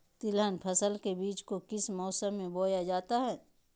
तिलहन फसल के बीज को किस मौसम में बोया जाता है?